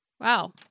Wow